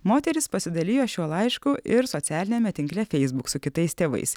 moteris pasidalijo šiuo laišku ir socialiniame tinkle feisbuk su kitais tėvais